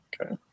Okay